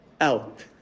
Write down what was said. out